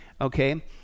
Okay